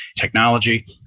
technology